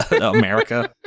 America